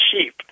sheep